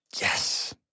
Yes